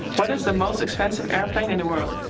what is the most expensive airplane in the world?